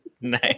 Nice